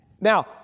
Now